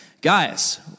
Guys